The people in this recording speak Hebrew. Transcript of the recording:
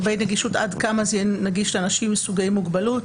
עד כמה זה יהיה נגיש לאנשים עם סוגי מוגבלות.